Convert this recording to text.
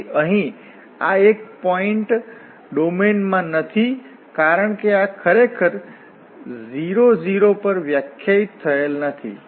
તેથી અહીં આ એક પોઈન્ટ ડોમેનમાં નથી કારણ કે આ ખરેખર 00 પર વ્યાખ્યાયિત થયેલ નથી